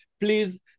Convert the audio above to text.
please